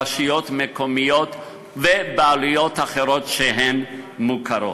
רשויות מקומיות ובעלויות אחרות שהן מוכרות.